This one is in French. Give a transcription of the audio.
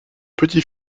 petit